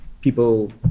people